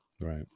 right